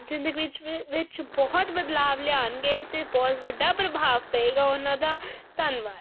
ਜ਼ਿੰਦਗੀ ਵਿੱਚ ਵਿਚ ਬਹੁਤ ਬਦਲਾਵ ਲਿਆਣਗੇ ਤੇ ਬਹੁਤ ਵੱਡਾ ਪ੍ਰਭਾਵ ਪਏਗਾ ਉਹਨਾਂ ਦਾ ਧੰਨਵਾਦ